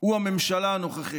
הוא הממשלה הנוכחית.